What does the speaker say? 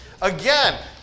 Again